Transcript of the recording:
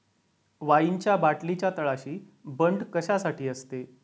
वाईनच्या बाटलीच्या तळाशी बंट कशासाठी असते?